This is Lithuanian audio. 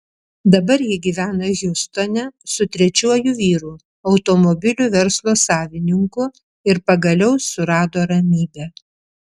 dabar ji gyvena hjustone su trečiuoju vyru automobilių verslo savininku ir pagaliau surado ramybę